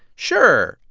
sure,